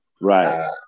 Right